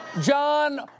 John